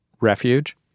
refuge